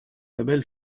label